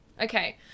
Okay